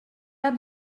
pas